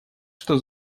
что